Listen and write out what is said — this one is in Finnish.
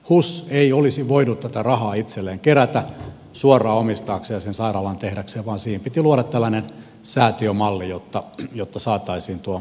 hus ei olisi voinut tätä rahaa itselleen kerätä suoraan omistaakseen ja sen sairaalan tehdäkseen vaan siihen piti luoda tällainen säätiömalli jotta saataisiin tuo sairaalahanke eteenpäin